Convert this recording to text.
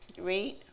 Read